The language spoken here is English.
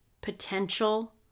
potential